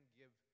give